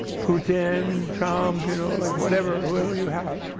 putin, trump, you know like whatever, whoever you have.